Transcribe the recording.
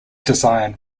design